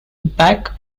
back